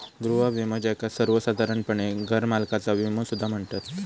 गृह विमो, ज्याका सर्वोसाधारणपणे घरमालकाचा विमो सुद्धा म्हणतत